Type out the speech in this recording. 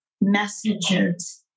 messages